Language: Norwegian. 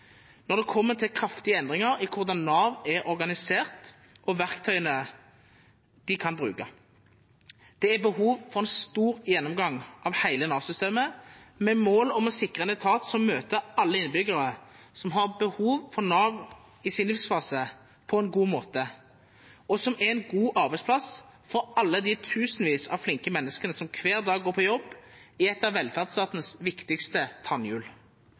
når det kommer til kraftige endringer i hvordan Nav er organisert, og hvilke verktøy de kan bruke. Det er behov for en stor gjennomgang av hele Nav-systemet, med mål om å sikre en etat som møter alle innbyggere som har behov for Nav i sin livsfase, på en god måte, og som er en god arbeidsplass for alle de tusenvis av flinke menneskene som hver dag går på jobb i et av velferdsstatens viktigste